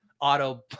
auto